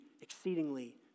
exceedingly